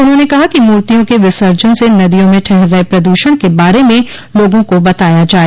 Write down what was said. उन्होंने कहा कि मूर्तियों के विसर्जन से नदियों में ठहर रहे प्रदूषर्ण के बारे में लोगों को बताया जाये